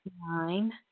nine